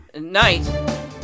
Night